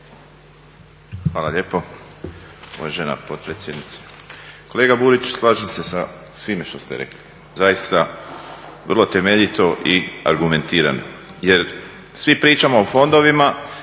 Hvala lijepo uvažena potpredsjednice. Kolega Burić, slažem se sa svime što ste rekli. Zaista vrlo temeljite i argumentirano. Jer svi pričamo o fondovima,